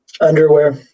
Underwear